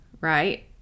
right